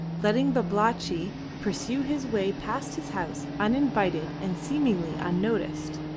letting babalatchi pursue his way past his house uninvited and seemingly unnoticed.